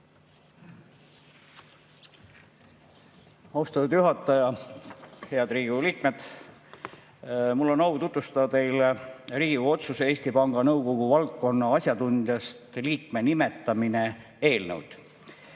Austatud juhataja! Head Riigikogu liikmed! Mul on au tutvustada teile Riigikogu otsuse "Eesti Panga Nõukogu valdkonna asjatundjast liikme nimetamine" eelnõu.